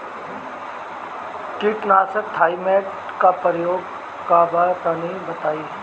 कीटनाशक थाइमेट के प्रयोग का बा तनि बताई?